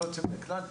ללא יוצא מן הכלל,